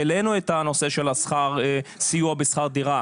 העלינו את הנושא של סיוע בשכר דירה.